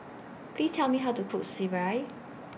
Please Tell Me How to Cook Sireh